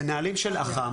זה נהלים של אח"מ.